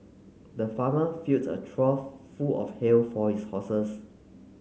the farmer filled a trough full of hay for his horses